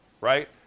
right